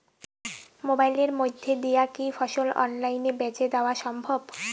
মোবাইলের মইধ্যে দিয়া কি ফসল অনলাইনে বেঁচে দেওয়া সম্ভব?